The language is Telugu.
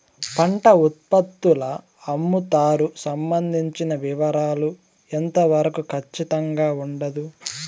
పంట ఉత్పత్తుల అమ్ముతారు సంబంధించిన వివరాలు ఎంత వరకు ఖచ్చితంగా ఉండదు?